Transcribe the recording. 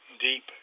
Deep